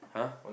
!huh!